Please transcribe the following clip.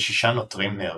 ושישה נוטרים נהרגו.